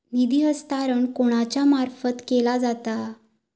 निधी हस्तांतरण कोणाच्या मार्फत केला जाता?